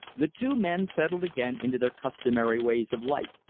the two men settled again into their customary ways of life.